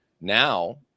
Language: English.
now